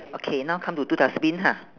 okay now come to two dustbin ha